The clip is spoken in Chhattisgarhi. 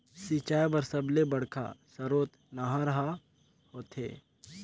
सिंचई बर सबले बड़का सरोत नहर ह होथे